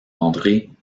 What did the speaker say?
andré